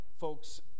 folks